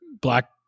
black